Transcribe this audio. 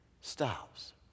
stops